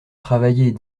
travailler